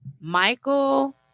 Michael